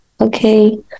okay